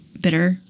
bitter